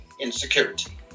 insecurity